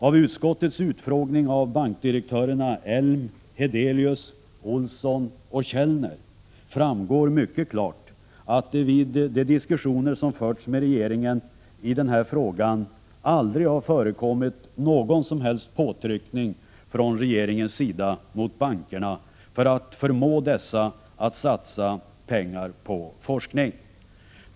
Av utskottets utfrågning av bankdirektörerna Ehn, Hedelius, Olsson och Källner framgår mycket klart att det vid de diskussioner som förts med regeringen i den här frågan aldrig har förekommit någon som helst påtryckning från regeringens sida mot bankerna för att förmå dessa att satsa pengar på forskning.